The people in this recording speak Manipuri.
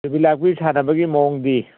ꯌꯨꯕꯤ ꯂꯥꯛꯄꯤ ꯁꯥꯟꯅꯕꯒꯤ ꯃꯑꯣꯡꯗꯤ